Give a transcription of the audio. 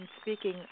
speaking